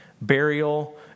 burial